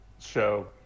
show